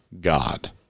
god